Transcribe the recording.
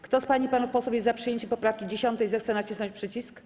Kto z pań i panów posłów jest za przyjęciem poprawki 10., zechce nacisnąć przycisk.